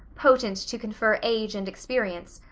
potent to confer age and experience,